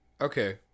Okay